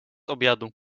obiadu